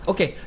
Okay